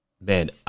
Man